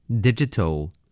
Digital